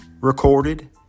recorded